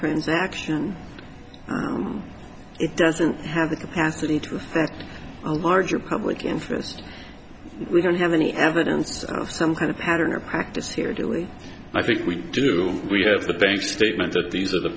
transaction it doesn't have the capacity to a larger public inference we don't have any evidence of some kind of pattern or practice here doing i think we do we have the bank statement that these are the